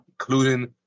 including